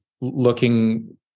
looking